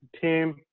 team